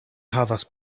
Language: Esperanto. havas